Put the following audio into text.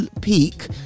peak